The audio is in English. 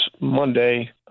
Monday